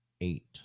eight